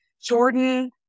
Jordan